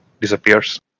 disappears